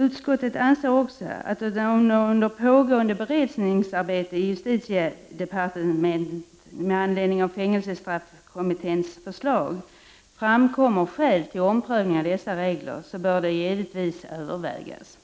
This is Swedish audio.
Utskottet anser också att om det under pågående beredningsarbete i justitiedepartementet, med anledning av fängelsestraffkommitténs förslag, framkommer skäl till omprövning av dessa regler, bör detta givetvis övervägas.